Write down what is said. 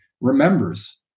remembers